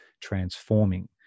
transforming